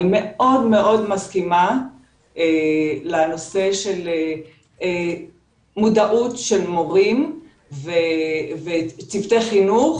אני מאוד מסכימה לנושא של מודעות של מורים וצוותי חינוך